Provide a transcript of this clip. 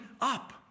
up